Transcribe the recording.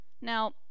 Now